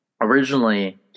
originally